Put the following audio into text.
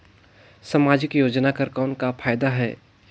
समाजिक योजना कर कौन का फायदा है?